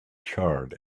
charred